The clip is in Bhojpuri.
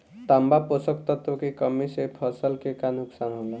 तांबा पोषक तत्व के कमी से फसल के का नुकसान होला?